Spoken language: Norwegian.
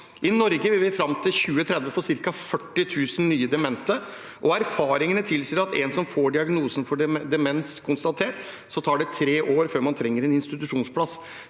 I Norge vil vi fram mot 2030 få ca. 40 000 nye demente, og erfaringene tilsier at for en som får konstatert diagnosen demens, tar det tre år før man trenger en institusjonsplass.